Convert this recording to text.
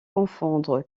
confondre